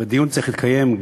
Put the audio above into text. והדיון צריך להתקיים.